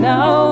Now